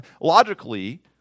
logically